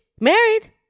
Married